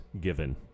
given